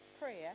prayer